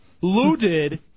Looted